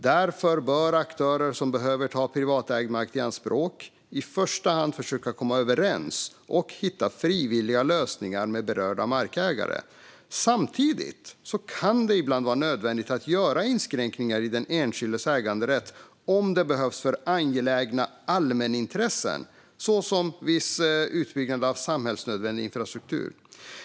Därför bör aktörer som behöver ta privatägd mark i anspråk i första hand försöka komma överens och hitta frivilliga lösningar med berörda markägare. Samtidigt kan det ibland vara nödvändigt att göra inskränkningar i den enskildes äganderätt om det behövs för angelägna allmänintressen såsom vid viss utbyggnad av samhällsnödvändig infrastruktur.